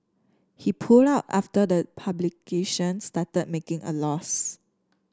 he pulled out after the publication started making a loss